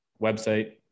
website